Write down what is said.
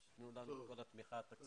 לנו את כל התמיכה התקציבית לנושא הזה.